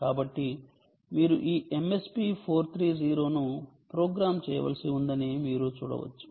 కాబట్టి మీరు ఈ MSP 430 ను ప్రోగ్రామ్ చేయవలసి ఉందని మీరు చూడవచ్చు